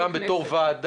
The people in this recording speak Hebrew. גם הכנסת.